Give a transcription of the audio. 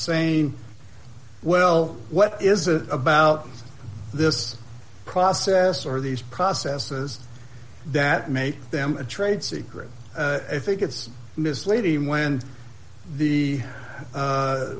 saying well what is a about this process or these processes that make them a trade secret i think it's misleading when the